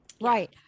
Right